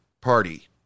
party